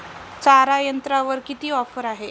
सारा यंत्रावर किती ऑफर आहे?